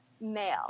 male